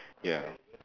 ya